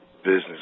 business